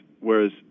whereas